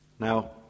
Now